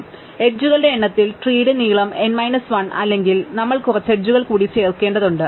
അതിനാൽ എഡ്ജുകളുടെ എണ്ണത്തിൽ ട്രീന്റെ നീളം n മൈനസ് 1 അല്ലെങ്കിൽ നമ്മൾ കുറച്ച് എഡ്ജുകൾ കൂടി ചേർക്കേണ്ടതുണ്ട്